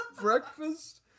breakfast